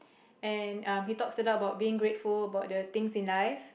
and um he talks a lot about being grateful about the things in life